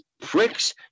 pricks